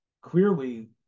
clearly